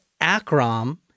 Akram